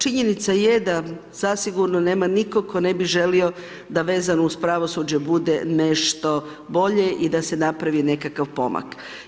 Činjenica je da zasigurno nema nitko ko ne bi želio da vezano uz pravosuđe bude nešto bolje i da se napravi nekakav pomak.